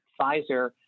Pfizer